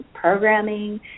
programming